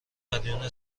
مدیون